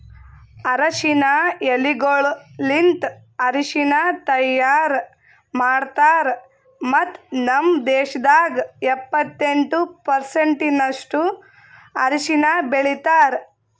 ಅರಶಿನ ಎಲಿಗೊಳಲಿಂತ್ ಅರಶಿನ ತೈಯಾರ್ ಮಾಡ್ತಾರ್ ಮತ್ತ ನಮ್ ದೇಶದಾಗ್ ಎಪ್ಪತ್ತೆಂಟು ಪರ್ಸೆಂಟಿನಷ್ಟು ಅರಶಿನ ಬೆಳಿತಾರ್